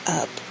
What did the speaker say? up